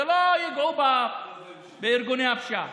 שלא יגעו בארגוני הפשיעה